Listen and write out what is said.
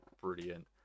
brilliant